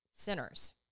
sinners